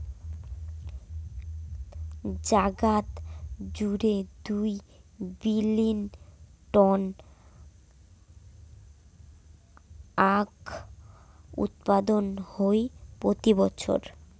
জাগাত জুড়ে দুই বিলীন টন আখউৎপাদন হই প্রতি বছর